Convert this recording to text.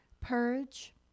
purge